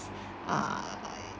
uh